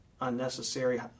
unnecessary